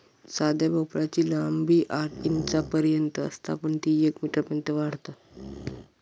साध्या भोपळ्याची लांबी आठ इंचांपर्यंत असता पण ती येक मीटरपर्यंत वाढता